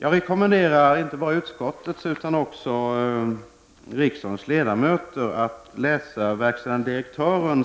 Jag rekommenderar inte bara kulturutskottets ledamöter utan även övriga ledamöter att läsa vad verkställande direktören